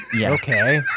Okay